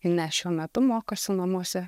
ne šiuo metu mokosi namuose